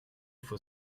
faut